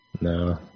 No